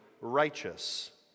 righteous